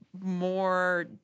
more